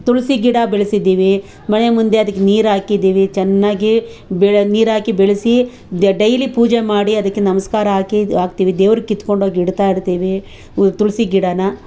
ತುಳಸಿ ಗಿಡ ಬೆಳೆಸಿದ್ದೀವಿ ಮನೆ ಮುಂದೆ ಅದಕ್ಕೆ ನೀರು ಹಾಕಿದ್ದೀವಿ ಚೆನ್ನಾಗಿ ನೀರು ಹಾಕಿ ಬೆಳೆಸಿ ಡೈಲಿ ಪೂಜೆ ಮಾಡಿ ಅದಕ್ಕೆ ನಮಸ್ಕಾರ ಹಾಕಿ ಹಾಕ್ತೀವಿ ದೇವ್ರಿಗೆ ಕಿತ್ಕೊಂಡು ಹೋಗಿ ಇಡ್ತಾಯಿರ್ತೀವಿ ತುಳಸಿ ಗಿಡಾನ